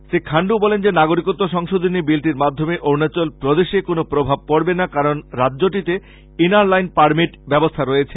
তিনি বলেন যে নাগরিকতু সংশোধনী বিলটির মাধ্যমে অরুনাচল প্রদেশে কোন প্রভাব পড়বে না কারন রাজ্যটিতে ইনার লাইন পারমিট ব্যবস্থা রয়েছে